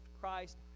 Christ